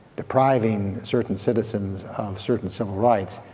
depriving certain citizens of certain civil rights,